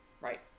right